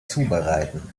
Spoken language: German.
zubereiten